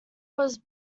was